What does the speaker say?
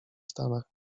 stanach